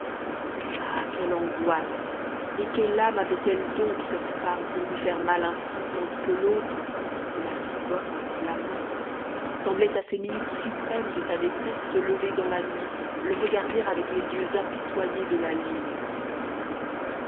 ah quelle angoisse et quelle âme avait-elle donc cette femme pour lui faire mal ainsi tandis que lautre la si bonne la morte semblait à ces minutes suprêmes de sa détresse se lever dans la nuit le regarder avec les yeux apitoyés de la lune